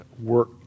work